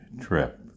trip